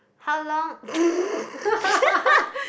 how long